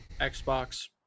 Xbox